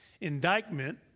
indictment